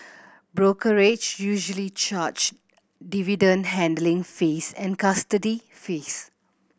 brokerage usually charge dividend handling fees and custody fees